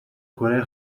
کره